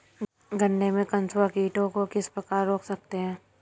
गन्ने में कंसुआ कीटों को किस प्रकार रोक सकते हैं?